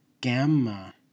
Gamma